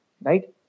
right